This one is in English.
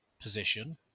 position